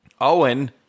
Owen